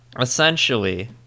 essentially